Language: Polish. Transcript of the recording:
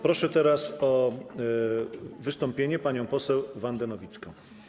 Proszę teraz o wystąpienie panią poseł Wandę Nowicką.